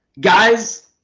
Guys